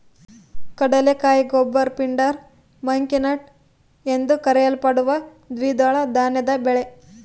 ಕಡಲೆಕಾಯಿ goober pindar monkey nut ಎಂದೂ ಕರೆಯಲ್ಪಡುವ ದ್ವಿದಳ ಧಾನ್ಯದ ಬೆಳೆ